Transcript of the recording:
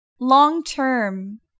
long-term